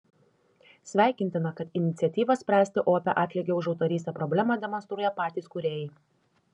sveikintina kad iniciatyvą spręsti opią atlygio už autorystę problemą demonstruoja patys kūrėjai